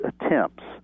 attempts